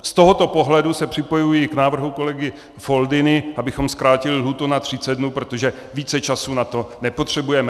Z tohoto pohledu se připojuji k návrhu kolegy Foldyny, abychom zkrátili lhůtu na 30 dnů, protože více času na to nepotřebujeme.